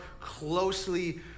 closely